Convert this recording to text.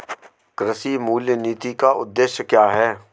कृषि मूल्य नीति के उद्देश्य क्या है?